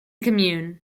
commune